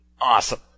awesome